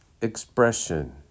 expression